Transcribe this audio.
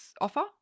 offer